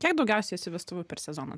kiek daugiausiai esi vestuvių per sezoną